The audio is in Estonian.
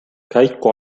käiku